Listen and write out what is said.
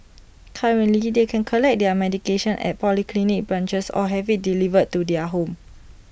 currently they can collect their medication at polyclinic branches or have IT delivered to their home